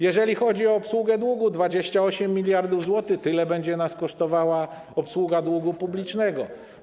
Jeżeli chodzi o obsługę długu - 28 mld zł, to tyle będzie nas kosztowała ta obsługa długu publicznego.